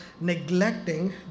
neglecting